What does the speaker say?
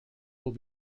will